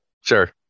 Sure